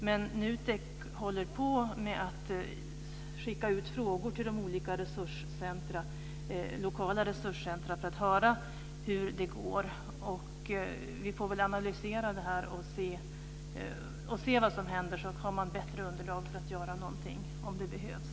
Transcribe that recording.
Men NUTEK håller på att skicka ut frågor till de olika lokala resurscentrumen för att höra hur det går. Vi får väl analysera det här och se vad som händer, så har man ett bättre underlag för att göra någonting om det behövs.